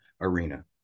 arena